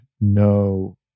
no